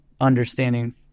understanding